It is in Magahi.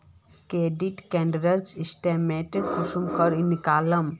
क्रेडिट कार्डेर स्टेटमेंट कुंसम करे निकलाम?